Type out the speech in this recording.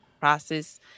process